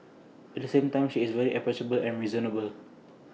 at the same time she is very approachable and reasonable